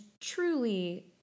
truly